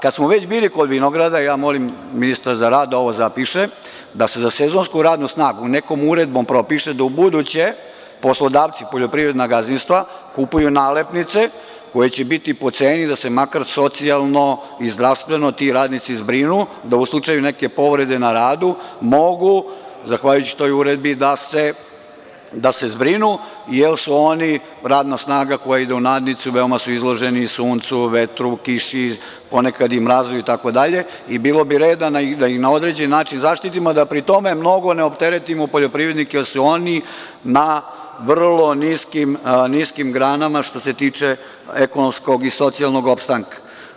Kad smo već bili kod vinograda molim ministra za rad da ovo zapiše, da se za sezonsku radnu snagu nekom uredbom propiše da ubuduće, da poslodavci, poljoprivredna gazdinstva kupuju nalepnice koje će biti po ceni da se makar socijalno i zdravstveno ti radnici zbrinu da u slučaju neke povrede na radu mogu zahvaljujući toj uredbi da se zbrinu jer su oni radna snaga koja ide u nadnicu, veoma su izloženi suncu, vetru, kiši, ponekad i mrazu i bilo bi red da ih na određeni način zaštitimo da pri tome mnogo ne opteretimo poljoprivrednike jer su oni na vrlo niskim granama što se tiče ekonomskog i socijalnog opstanka.